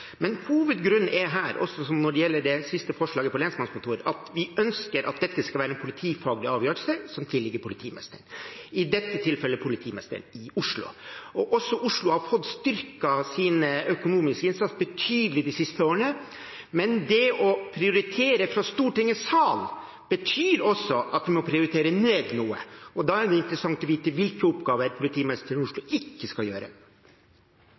Men hovedgrunnen er her også – som ved det siste forslaget om lensmannskontor – at vi ønsker at dette skal være en politifaglig avgjørelse som det tilligger politimesteren å ta, i dette tilfellet politimesteren i Oslo. Også Oslo har fått en betydelig styrking av den økonomiske innsatsen de siste årene, men det å prioritere fra Stortingets sal betyr også at man må prioritere ned noe. Da er det interessant å få vite hvilke oppgaver politimesteren i Oslo ikke skal gjøre.